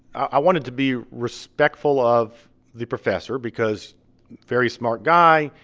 i wanted to be respectful of the professor because very smart guy.